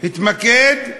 התמקד: